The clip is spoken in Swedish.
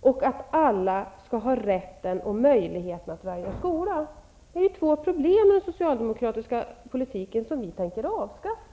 och att alla skall ha rätten och möjligheten att välja skola. Detta har varit två problem med den socialdemokratiska politiken som vi tänker avskaffa.